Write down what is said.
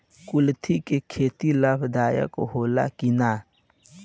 कुलथी के खेती लाभदायक होला कि न?